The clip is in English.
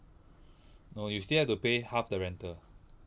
no you still have to pay half the rental